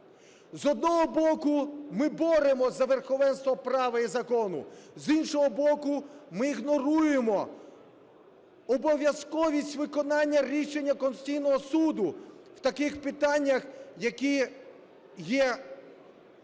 З одного боку, ми боремося за верховенство права і закону, з іншого боку, ми ігноруємо обов'язковість виконання рішення Конституційного Суду в таких питаннях, які є принциповими: